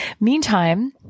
Meantime